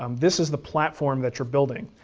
um this is the platform that you're building.